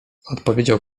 odpowiedział